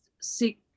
seek